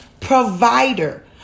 provider